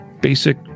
basic